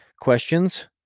questions